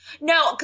No